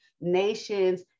nations